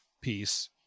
piece